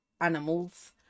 animals